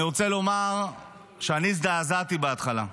אני רוצה לומר שאני הזדעזעתי בהתחלה.